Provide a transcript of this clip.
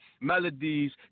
Melodies